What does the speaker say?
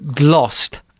lost